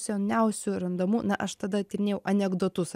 seniausių randamų na aš tada tyrinėjau anekdotus